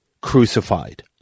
crucified